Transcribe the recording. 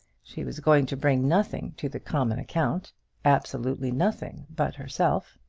she was going to bring nothing to the common account absolutely nothing but herself!